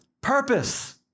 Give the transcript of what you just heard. purpose